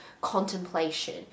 contemplation